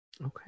Okay